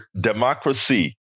democracy